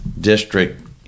district